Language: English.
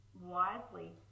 wisely